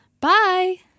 Bye